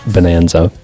Bonanza